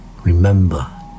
Remember